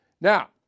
Now